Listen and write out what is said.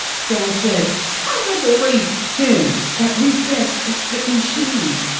so i said how am i going to race him at recess with these shoes?